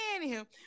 anywho